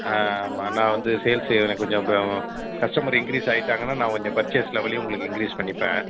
ஆ ஆமாம் நான் வந்து சேல்ஸு எனக்கு கொஞ்சம் கஸ்டமர் இன்க்ரீஸ் ஆகிட்டாங்கன்னா நான் கொஞ்சம் பர்ச்சேஸ் லெவலையும் உங்களுக்கு இன்க்ரீஸ் பண்ணிப்பேன்